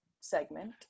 segment